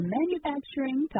Manufacturing